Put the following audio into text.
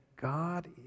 God